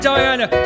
Diana